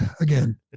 again